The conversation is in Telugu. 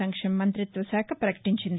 సంక్షేమ మంతిత్వ శాఖ పకటించింది